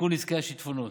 לתיקון נזקי השיטפונות,